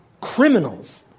criminals